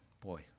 boy